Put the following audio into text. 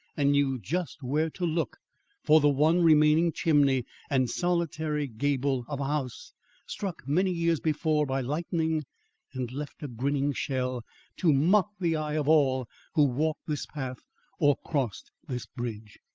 and knew just where to look for the one remaining chimney and solitary gable of a house struck many years before by lightning and left a grinning shell to mock the eye of all who walked this path or crossed this bridge.